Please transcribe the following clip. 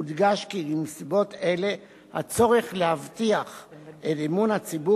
הודגש בנסיבות אלה הצורך להבטיח את אמון הציבור